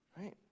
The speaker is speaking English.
Right